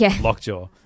Lockjaw